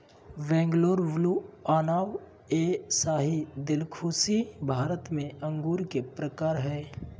Bangalore blue, Anab e Shahi, Dilkhushi Bharat में अंगूर के प्रकार हय